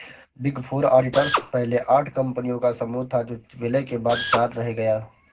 big four auditors पहले आठ कंपनियों का समूह था जो विलय के बाद चार रह गया